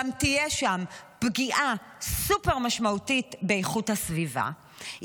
גם תהיה שם פגיעה סופר משמעותית באיכות הסביבה,